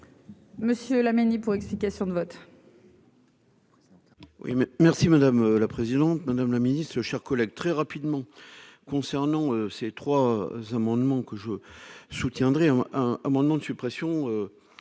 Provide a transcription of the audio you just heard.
Monsieur Laménie pour explication de vote. Oui, mais merci madame la présidente, madame le Ministre, chers collègues, très rapidement concernant ces trois amendements que je soutiendrai un un amendement de suppression